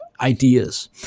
ideas